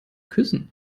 küssen